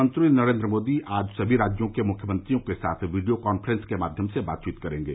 प्रधानमंत्री नरेन्द्र मोदी आज सभी राज्यों के मुख्यमंत्रियों के साथ वीडियो कॉन्फ्रेंस के माध्यम से बातचीत करेंगे